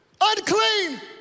unclean